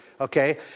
Okay